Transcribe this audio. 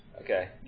Okay